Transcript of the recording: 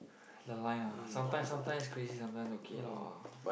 the line ah sometimes sometimes crazy sometimes okay lor